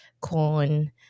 corn